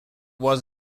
was